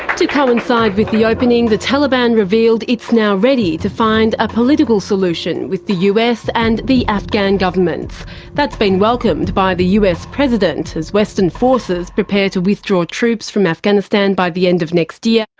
to coincide with the opening, the taliban revealed it's now ready to find a political solution with the us and the afghan governments. that's been welcomed by the us president as western forces prepared to withdraw troops from afghanistan by the end of next year.